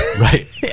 Right